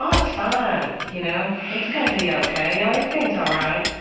um it's fine. you know it's going to be ok. no, everything's all right.